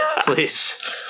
please